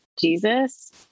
Jesus